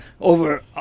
over